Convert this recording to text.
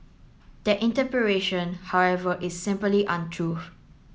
that however is simply untrue